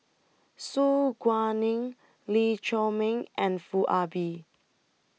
Su Guaning Lee Chiaw Meng and Foo Ah Bee